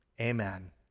amen